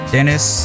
Dennis